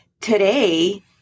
today